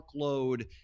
workload